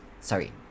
Sorry